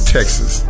Texas